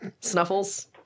Snuffles